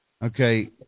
Okay